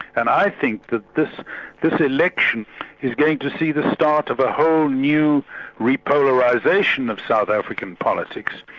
and i think that this this election is going to see the start of a whole new repolarisation of south african politics,